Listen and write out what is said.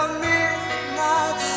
midnight